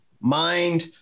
mind